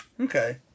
Okay